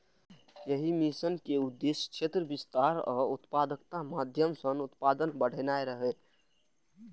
एहि मिशन के उद्देश्य क्षेत्र विस्तार आ उत्पादकताक माध्यम सं उत्पादन बढ़ेनाय रहै